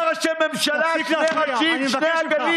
לא נוכל לאפשר תחבורה ציבורית בשבת בתל אביב